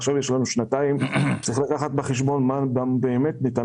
עכשיו יש לנו שנתיים וצריך לקחת בחשבון מה באמת ניתן